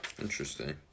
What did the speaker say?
Interesting